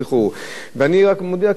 אני מודיע כאן שאנחנו הגשנו,